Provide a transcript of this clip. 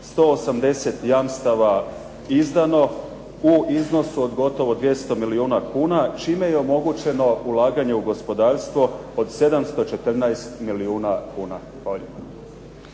180 jamstava izdano u iznosu od 200 milijuna kuna čime je omogućeno ulaganje u gospodarstvo od 714 milijuna kuna.